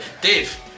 Dave